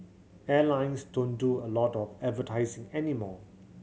airlines don't do a lot of advertising anymore